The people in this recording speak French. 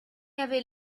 avait